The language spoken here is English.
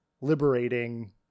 liberating